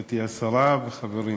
גברתי השרה וחברים,